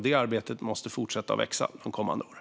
Det arbetet måste fortsätta att växa under de kommande åren.